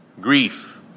grief